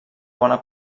bona